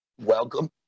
welcome